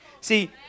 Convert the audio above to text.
See